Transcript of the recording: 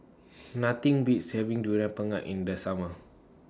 Nothing Beats having Durian Pengat in The Summer